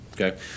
Okay